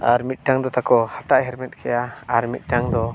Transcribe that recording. ᱟᱨ ᱢᱤᱫᱴᱟᱝ ᱫᱚ ᱛᱟᱠᱚ ᱦᱟᱴᱟᱜ ᱮ ᱦᱮᱨᱢᱮᱫ ᱠᱮᱜᱼᱟ ᱟᱨ ᱢᱤᱫᱴᱟᱝ ᱫᱚ